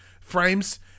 frames